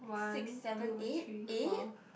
six seven eight eight